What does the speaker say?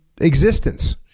existence